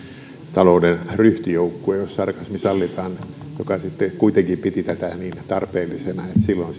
talouden ryhtijoukkue jos sarkasmi sallitaan joka kuitenkin piti tätä niin tarpeellisena